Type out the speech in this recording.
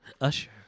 Usher